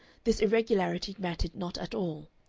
this irregularity mattered not at all,